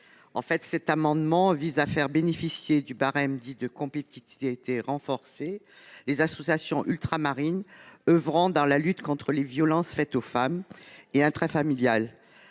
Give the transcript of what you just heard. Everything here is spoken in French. renforcée. Cet amendement vise à faire bénéficier du barème dit « de compétitivité renforcée » les associations ultramarines oeuvrant dans la lutte contre les violences faites aux femmes et intrafamiliales.